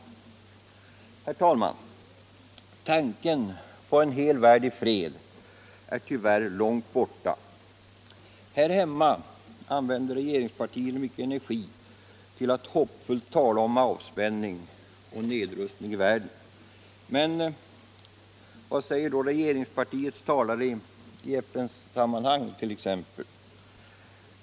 Herr talman! Tanken på en hel värld i fred är tyvärr långt borta. Här hemma använder regeringspartiet mycken energi till att hoppfullt tala om avspänning och nedrustning i världen, men vad säger då regeringspartiets talesmän i FN-sammanhang t.ex.?